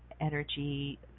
energy